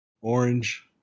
Orange